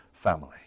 family